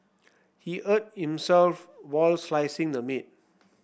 he hurt himself while slicing the meat